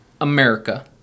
America